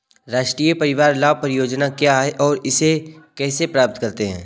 राष्ट्रीय परिवार लाभ परियोजना क्या है और इसे कैसे प्राप्त करते हैं?